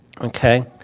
Okay